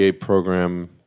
program